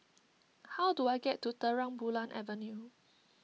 how do I get to Terang Bulan Avenue